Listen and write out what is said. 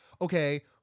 okay